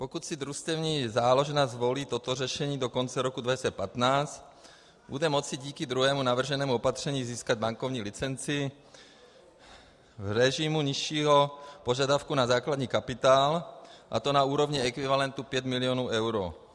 Pokud si družstevní záložna zvolí toto řešení do konce roku 2015, bude moci díky druhému navrženému opatření získat bankovní licenci v režimu nižšího požadavku na základní kapitál, a to na úrovni ekvivalentu 5 milionů eur.